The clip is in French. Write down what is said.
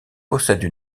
possède